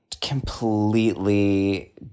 completely